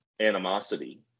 animosity